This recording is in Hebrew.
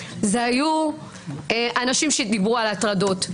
אלה היו אנשים שדיברו על הטרדות.